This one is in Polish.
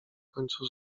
końcu